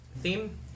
theme